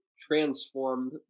transformed